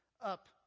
up